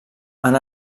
han